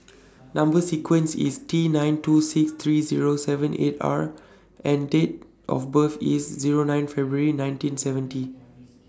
Number sequence IS T nine two six three Zero seven eight R and Date of birth IS Zero nine February nineteen seventy